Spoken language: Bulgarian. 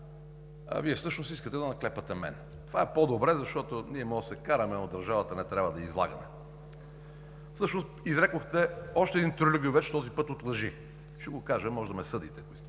а всъщност Вие искате да наклепате мен. Това е по-добре, защото ние можем да се караме, но държавата не трябва да я излагаме. Всъщност изрекохте още един тюрлюгювеч, този път от лъжи – ще го кажа, може да ме съдите, ако искате.